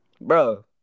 Bro